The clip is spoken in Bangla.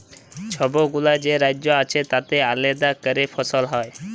ছবগুলা যে রাজ্য আছে তাতে আলেদা ক্যরে ফসল হ্যয়